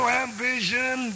ambition